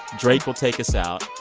drake will take us out.